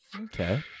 Okay